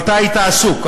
אבל אתה היית עסוק.